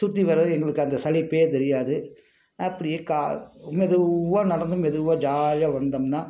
சுற்றி வர்றது எங்களுக்கு அந்த சலிப்பே தெரியாது அப்படியே மெதுவாக நடந்து மெதுவாக ஜாலியா வந்தோம்னா